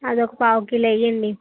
అది ఒక పావు కిలో వెయ్యండి